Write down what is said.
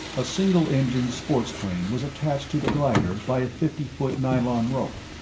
a single-engined sports plane was attached to the glider by a fifty-foot nylon rope.